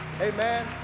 amen